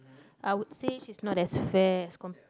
I would say she's not as fair as com~